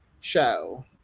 show